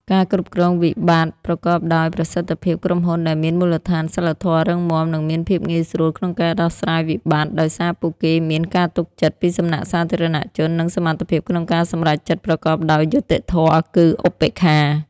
ការគ្រប់គ្រងវិបត្តិប្រកបដោយប្រសិទ្ធភាព: ក្រុមហ៊ុនដែលមានមូលដ្ឋានសីលធម៌រឹងមាំ នឹងមានភាពងាយស្រួលក្នុងការដោះស្រាយវិបត្តិ ដោយសារពួកគេមាន ការទុកចិត្ត ពីសំណាក់សាធារណជន និងសមត្ថភាពក្នុងការសម្រេចចិត្តប្រកបដោយ យុត្តិធម៌ គឺ ឧបេក្ខា។